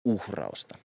uhrausta